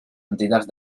entitats